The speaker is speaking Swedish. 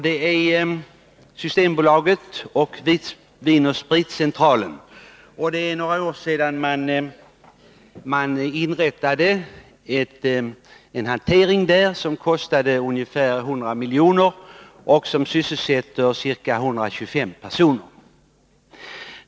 Det är Systembolaget och Vinoch spritcentralen som för några år sedan inrättade en hantering i detta syfte som kostade några hundra miljoner och sysselsätter ca 125 personer.